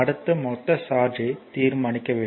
அடுத்தது மொத்த சார்ஜ் ஐ தீர்மானிக்கிறது